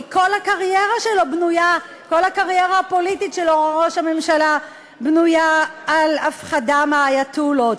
כי כל הקריירה הפוליטית של ראש הממשלה בנויה על הפחדה מהאייטולות.